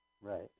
Right